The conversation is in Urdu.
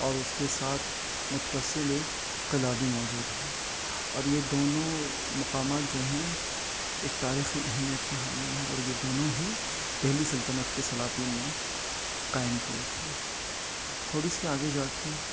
اور اس کے ساتھ متصل ایک قلعہ بھی موجود ہے اور یہ دونوں مقامات جو ہیں ایک تاریخی اہمیت کے حامل ہیں اور یہ دونوں ہی دہلی سلطنت کے سلاطین نے قائم کیے تھے تھوڑی سی آگے جا کے